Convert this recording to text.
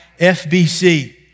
FBC